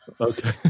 Okay